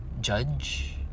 judge